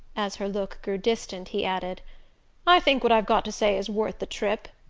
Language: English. as her look grew distant he added i think what i've got to say is worth the trip.